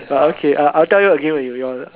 uh okay uh I will tell you again when you yawn